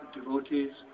devotees